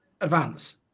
advance